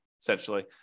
essentially